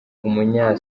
umunya